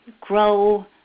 grow